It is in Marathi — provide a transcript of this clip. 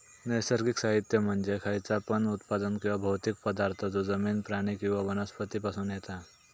नैसर्गिक साहित्य म्हणजे खयचा पण उत्पादन किंवा भौतिक पदार्थ जो जमिन, प्राणी किंवा वनस्पती पासून येता